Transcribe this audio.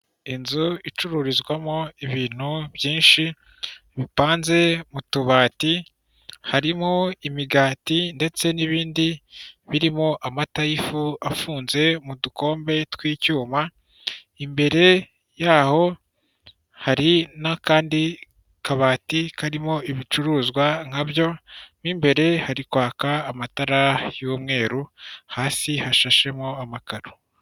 Inzu icururizwamo ibintu byinshi bipanze mu tubati, harimo imigati ndetse n'ibindi birimo amata y'ifu afunze mu dukombe tw'icyuma. Imbere yaho hari n'akandi kabati karimo ibicuruzwa nka byo, mo imbere hari kwaka amatara y'umweru, hasi hashashemo amakaro.